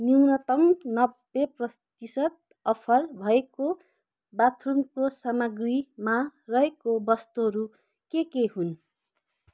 न्यूनतम नब्बे प्रतिशत अफर भएको बाथरुमको सामग्रीमा रहेका वस्तुहरू के के हुन्